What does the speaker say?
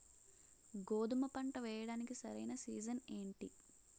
గోధుమపంట వేయడానికి సరైన సీజన్ ఏంటి?